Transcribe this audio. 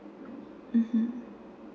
mmhmm